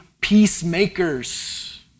peacemakers